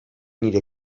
nire